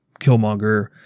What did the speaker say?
Killmonger